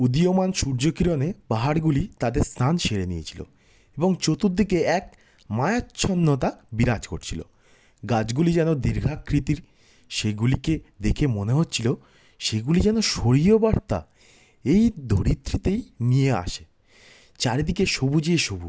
উদীয়মান সূর্য কিরণে পাহাড়গুলি তাদের স্নান সেরে নিয়েছে এবং চতুর্দিকে এক মায়াচ্ছন্নতা বিরাজ করছিলো গাছগুলি যেন দীর্ঘাকৃতির সেগুলিকে দেখে মনে হচ্ছিলো সেগুলি যেন শরীয়বার্তা এই ধরিত্রীতেই নিয়ে আসে চারিদিকে সবুজে সবুজ